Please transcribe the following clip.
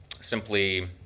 simply